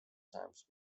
times